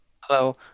hello